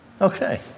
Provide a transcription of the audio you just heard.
Okay